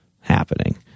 happening –